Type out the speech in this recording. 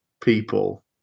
people